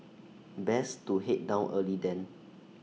best to Head down early then